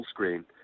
Fullscreen